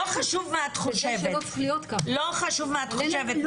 לא חשוב מה את חושבת,